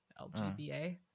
LGBA